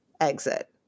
exit